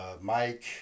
Mike